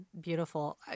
beautiful